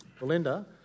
Belinda